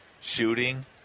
Shooting